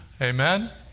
Amen